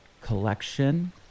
collection